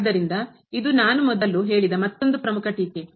ಆದ್ದರಿಂದ ಇದು ನಾನು ಮೊದಲು ಹೇಳಿದ ಮತ್ತೊಂದು ಪ್ರಮುಖ ಟೀಕೆ